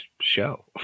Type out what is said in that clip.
show